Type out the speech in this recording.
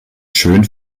schön